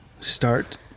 start